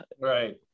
Right